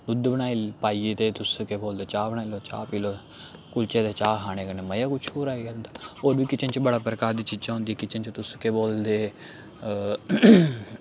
दुद्ध बनाइयै पाइयै ते तुस केह् बोलदे चाह् बनाई लैओ चाह् पी लैओ कुल्चे दे चाह् खाने कन्नै मज़ा कुछ होर आई जंदा होर बी किचन च बड़ा प्रकार दी चीज़ां होंदी किचन च तुस केह् बोलदे